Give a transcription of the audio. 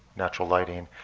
natural lighting.